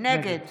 נגד